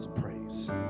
Praise